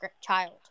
child